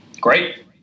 Great